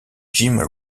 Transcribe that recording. jim